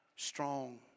Strong